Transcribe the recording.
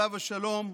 עליו השלום,